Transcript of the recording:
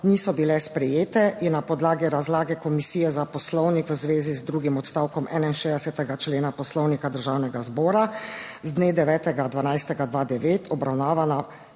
niso bile sprejete in na podlagi razlage Komisije za Poslovnik v zvezi z drugim odstavkom 61. člena Poslovnika Državnega zbora z dne 9. 12. 2009 obravnavana